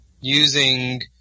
using